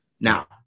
now